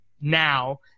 now